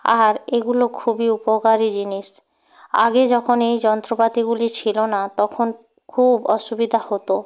আর এগুলো খুবই উপকারি জিনিস আগে যখন এই যন্ত্রপাতিগুলি ছিলো না তখন খুব অসুবিধা হতো